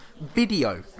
Video